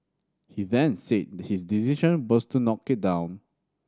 he then said his decision was to knock it down